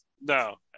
No